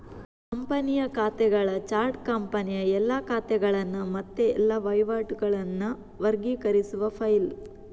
ಕಂಪನಿಯ ಖಾತೆಗಳ ಚಾರ್ಟ್ ಕಂಪನಿಯ ಎಲ್ಲಾ ಖಾತೆಗಳನ್ನ ಮತ್ತೆ ಎಲ್ಲಾ ವಹಿವಾಟುಗಳನ್ನ ವರ್ಗೀಕರಿಸುವ ಫೈಲು